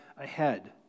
ahead